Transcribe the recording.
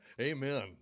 Amen